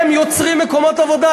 הם יוצרים מקומות עבודה,